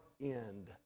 end